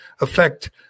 affect